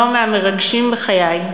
הנו מהמרגשים בחיי.